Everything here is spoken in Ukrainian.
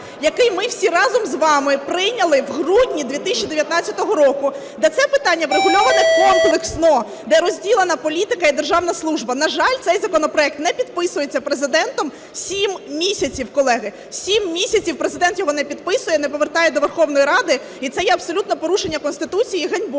який ми всі разом з вами прийняли в грудні 2019 року, де це питання врегульовано комплексно, де розділена політика і державна служба. На жаль, цей законопроект не підписується Президентом сім місяців, колеги. Сім місяців Президент його не підписує і не повертає до Верховної Ради, і це є абсолютно порушенням Конституції і ганьбою.